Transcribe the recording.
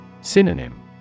Synonym